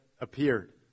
appeared